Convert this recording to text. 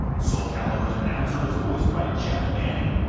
soul calibur's announcer is voiced by jeff manning,